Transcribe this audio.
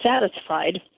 satisfied